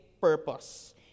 purpose